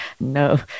No